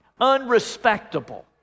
unrespectable